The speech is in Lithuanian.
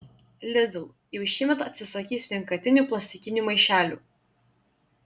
lidl jau šiemet atsisakys vienkartinių plastikinių maišelių